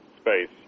space